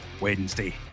Wednesday